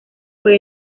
fue